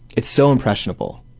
it's so impressionable,